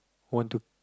want to